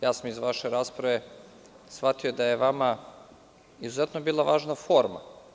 Ja sam iz vaše rasprave shvatio da je vama izuzetno bila važna forma.